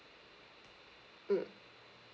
mm